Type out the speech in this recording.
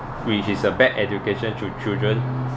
which is a bad education to children